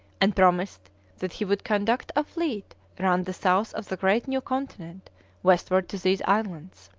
and promised that he would conduct a fleet round the south of the great new continent westward to these islands.